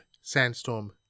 Sandstorm